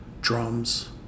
drums